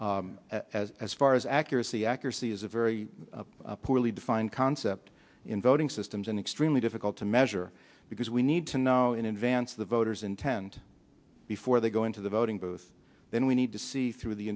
secure as far as accuracy accuracy is a very poorly defined concept in voting systems and extremely difficult to measure because we need to know in advance the voter's intent before they go into the voting booth then we need to see through the